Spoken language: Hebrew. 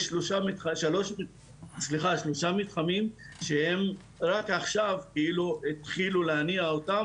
יש שלושה מתחמים שרק עכשיו כאילו התחילו להניע אותם,